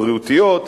הבריאותיות,